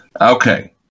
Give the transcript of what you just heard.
Okay